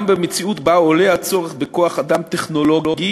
גם במציאות שבה עולה הצורך בכוח-אדם טכנולוגי